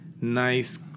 nice